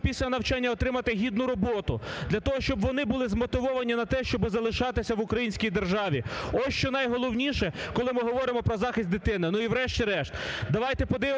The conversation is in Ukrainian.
після навчання отримати гідну роботу, для того, щоб вони були змотивовані на те, щоб залишатися в українській державі. Ось, що найголовніше, коли ми говоримо про захист дитини. І врешті-решт,